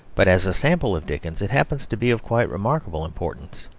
but as a sample of dickens it happens to be of quite remarkable importance.